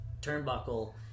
turnbuckle